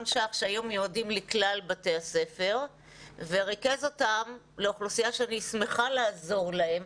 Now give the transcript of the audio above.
₪ שהיו מיועדים לכלל בתי הספר וריכז אותם לאוכלוסייה שאני שמחה לעזור לה,